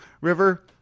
River